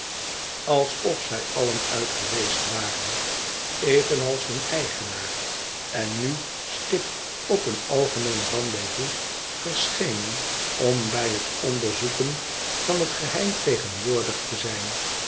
alsof zij allen uit geweest waren evenals hun eigenaar en nu stipt op een algemeen rendez-vous verschenen om bij het onderzoeken van het geheim tegenwoordig te zijn